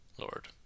Lord